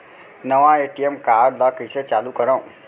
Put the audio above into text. नवा ATM card ल कइसे चालू करव?